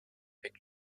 pek